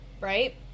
right